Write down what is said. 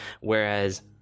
whereas